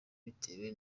bitewe